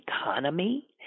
economy